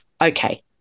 okay